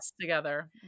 together